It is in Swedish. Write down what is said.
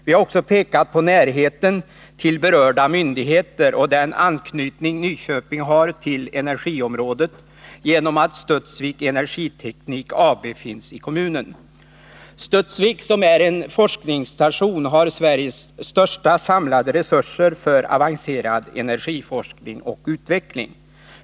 Vi har också pekat på närheten till berörda myndigheter och den anknytning Nyköping har till energiområdet genom att Studsvik Energiteknik AB finns i kommunen. Studsvik, som är en 3 forskningsstation, har Sveriges största samlade resurser för avancerad energiforskning och utveckling.